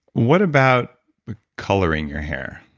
what about coloring your hair?